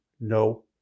no